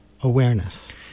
awareness